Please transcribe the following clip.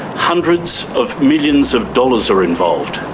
hundreds of millions of dollars are involved.